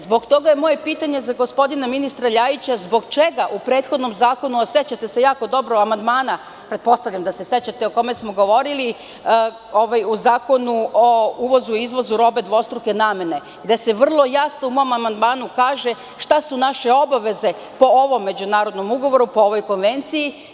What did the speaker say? Zbog toga je moje pitanje za gospodina ministra Ljajića – zbog čega u prethodnom zakonu, a sećate se jako dobro amandmana o kome smo govorili, u Zakonu o uvozu i izvozu robe dvostruke namene, gde se vrlo jasno u mom amandmanu kaže šta su naše obaveze po ovom međunarodnom ugovoru, po ovoj konvenciji.